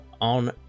on